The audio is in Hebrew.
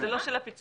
זה לא של הפיצו"ח.